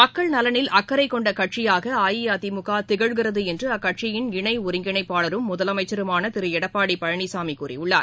மக்கள் நலனில் அக்கறைகொண்டகட்சியாகஅஇஅதிமுகதிகழ்கிறதுஎன்றுஅக்கட்சியின் இணைஒருங்கிணைப்பாளரும் முதலமைச்சருமானதிருஎடப்பாடிபழனிசாமிகூறியுள்ளார்